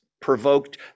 provoked